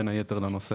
בין היתר לנושא